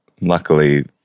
luckily